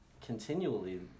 continually